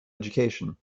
education